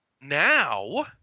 Now